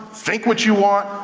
fake what you want.